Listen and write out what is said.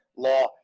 law